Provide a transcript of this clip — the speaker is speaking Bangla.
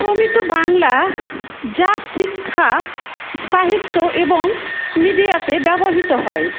প্রমিত বাংলা যা শিক্ষা সাহিত্য এবং মিডিয়াতে ব্যবহৃত হয়